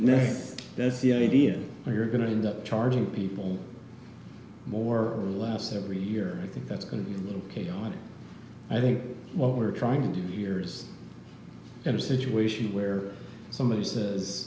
year that's the idea that we're going to end up charging people more or less every year i think that's going to be a little chaotic i think what we're trying to do years in a situation where somebody says